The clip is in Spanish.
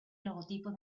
logotipo